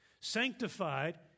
sanctified